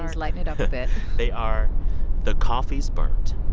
lighten it up a bit they are the coffee's burnt.